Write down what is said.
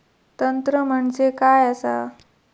तंत्र म्हणजे काय असा?